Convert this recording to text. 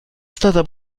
stata